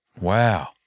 Wow